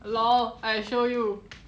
lor I show you